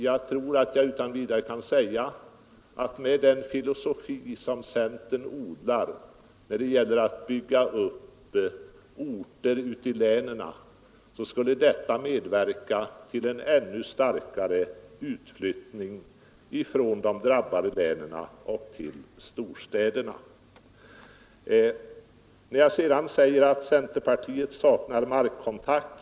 Jag tror att jag utan vidare kan säga att om centern fick gehör för sin filosofi när det gäller att bygga upp orter i länen skulle det bli en ännu starkare utflyttning från de drabbade länen till storstäderna. Jag står för mitt yttrande att centerpartiet saknar markkontakt.